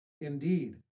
Indeed